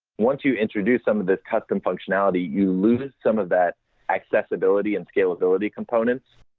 once you introduce some of the custom functionality, you lose some of that accessibility and scalability components.